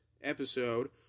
episode